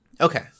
Okay